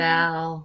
Val